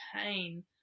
pain